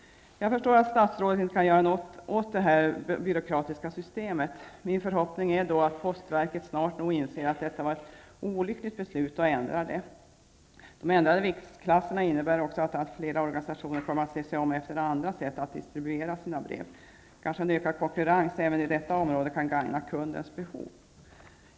Jag förstår att statsrådet inte kan göra något åt detta byråkratiska system. Min förhoppning är att postverket snart nog inser att detta var ett olyckligt beslut och ändrar det. De ändrade viktklasserna innebär också att allt fler organisationer kommer att se sig om efter andra sätt att distribuera sina brev. Kanske en ökad konkurrens även på detta område kan gagna kundens behov.